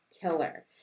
killer